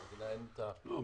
למדינה אין את ה --- לא,